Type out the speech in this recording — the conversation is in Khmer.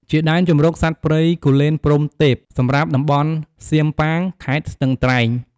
ជាដែនជម្រកសត្វព្រៃគូលែនព្រហ្មទេព សម្រាប់តំបន់សៀមប៉ាង ខេត្តស្ទឹងត្រែង។